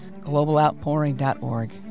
globaloutpouring.org